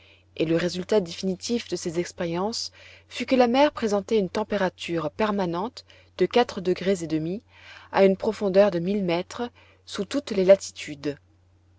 et le résultat définitif de ces expériences fut que la mer présentait une température permanente de quatre degrés et demi à une profondeur de mille mètres sous toutes les latitudes